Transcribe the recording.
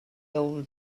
old